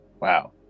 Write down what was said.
Wow